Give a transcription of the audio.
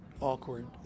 awkward